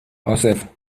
عاصف